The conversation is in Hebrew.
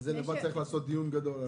על זה צריך לעשות דיון גדול.